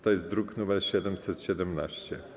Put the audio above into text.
To jest druk nr 717.